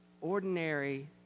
ordinary